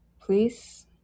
Please